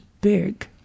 big